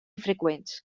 freqüents